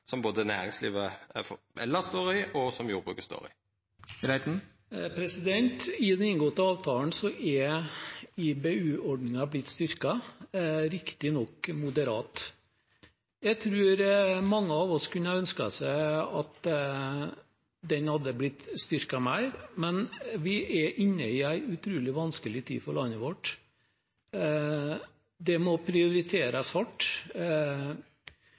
som både næringslivet elles og jordbruket står i. I den inngåtte avtalen er IBU-ordningen blitt styrket, riktignok moderat. Jeg tror mange av oss kunne ha ønsket at den hadde blitt styrket mer, men vi er inne i en utrolig vanskelig tid for landet vårt. Det må prioriteres